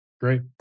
Great